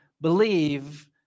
believe